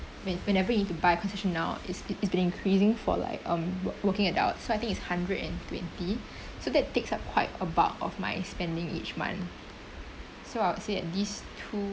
when whenever you need to buy cause actually now is it it's been increasing for like um wor~ working adults so I think it's hundred and twenty so that takes up quite a bulk of my spending each month so I would say at least two